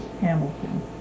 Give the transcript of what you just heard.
Hamilton